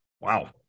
Wow